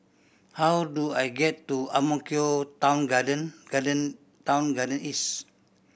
how do I get to Ang Mo Kio Town Garden Garden Town Garden East